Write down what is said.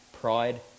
Pride